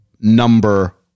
number